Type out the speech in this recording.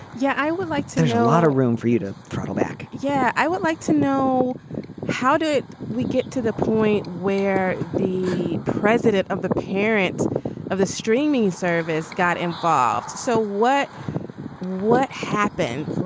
yeah i would like to show a lot of room for you to throttle back yeah i would like to know how do we get to the point where the president of the parent of a streaming service got involved. so what what happened. and